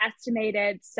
estimated